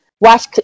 watch